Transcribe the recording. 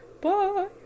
Bye